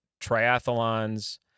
triathlons